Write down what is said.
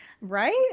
Right